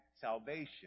salvation